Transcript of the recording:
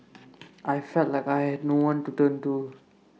I felt like I had no one to turn to